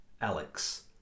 Alex